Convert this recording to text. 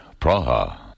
Praha